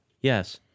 Yes